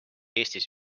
eestis